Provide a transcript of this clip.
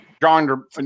John